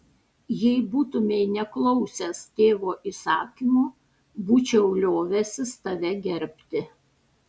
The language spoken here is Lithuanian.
jei būtumei neklausęs tėvo įsakymo būčiau liovęsis tave gerbti